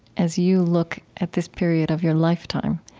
as you look at this period of your lifetime,